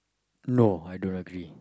no I don't agree